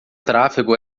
tráfego